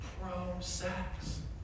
pro-sex